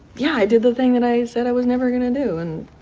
yeah i did the thing that i said i was never going to do and.